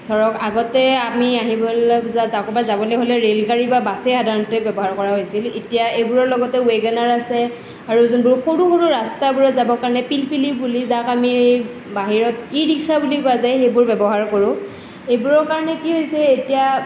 ধৰক আগতে আমি আহিবলৈ ক'ৰবাত যাবলৈ হ'লে ৰেলগাড়ী বা বাছে সাধাৰণতে ব্যৱহাৰ কৰা হৈছিল এতিয়া এইবোৰৰ লগতে ৱেগানাৰ আছে আৰু যোনবোৰ সৰু সৰু ৰাস্তাবোৰত যাব কাৰণে পিলপিলি বুলি যাক আমি বাহিৰত ই ৰিক্সা বুলি কোৱা যায় সেইবোৰ ব্যৱহাৰ কৰোঁ এইবোৰৰ কাৰণে কি হৈছে এতিয়া